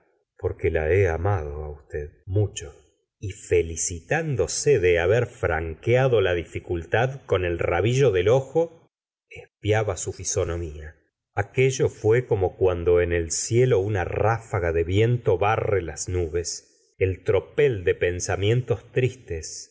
qué la he amado á usted mucho y felicitándose de haber franqueado la dificultad con el rabillo del ojo espiaba su fisonomía aquello fué como cuando en el cielo una ráfa ga de viento barre las nubes el tropel de pensamientos tristes